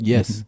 Yes